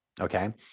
Okay